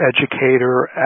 educator